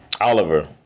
Oliver